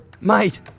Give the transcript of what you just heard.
Mate